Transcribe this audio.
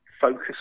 focus